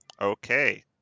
Okay